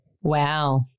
Wow